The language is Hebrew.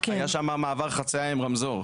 היה שם מעבר חציה עם רמזור.